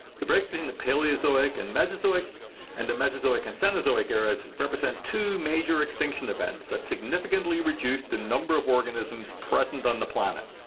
the breaks between the paleozoic and mesozoic eras and the mesozoic and cenozoic eras represent two major extinction events that significantly reduced the number of organisms present on the planet.